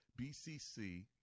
BCC